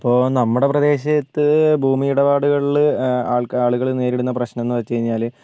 ഇപ്പോൾ നമ്മുടെ പ്രദേശത്ത് ഭൂമി ഇടപാടുകളിൽ ആൾക്കാ ആളുകൾ നേരിടുന്ന പ്രശ്നം എന്ന് വെച്ചുകഴിഞ്ഞാൽ